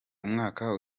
umwaka